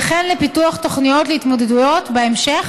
וכן לפיתוח תוכניות להתמודדויות בהמשך